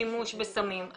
שימוש בסמים?